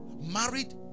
married